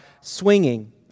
swinging